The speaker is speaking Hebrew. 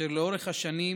אשר לאורך השנים